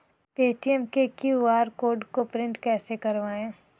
Paytm के QR code को print कैसे करवाएँ?